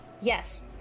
yes